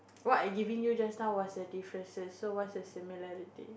what I giving you just now was the differences so what's the similarity